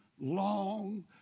long